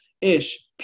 ish